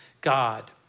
God